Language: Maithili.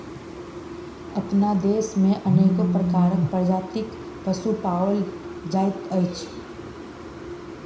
अपना देश मे अनेको प्रकारक प्रजातिक पशु पाओल जाइत अछि